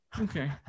okay